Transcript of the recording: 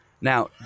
Now